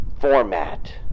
format